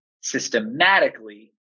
systematically